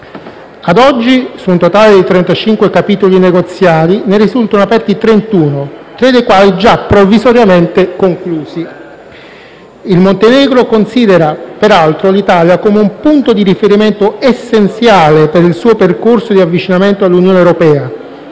Ad oggi, su un totale di 35 capitoli negoziali, ne risultano aperti 31, tre dei quali già provvisoriamente conclusi. Il Montenegro considera peraltro l'Italia come un punto di riferimento essenziale per il suo percorso di avvicinamento all'Unione europea,